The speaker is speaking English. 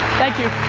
thank you.